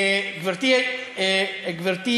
גברתי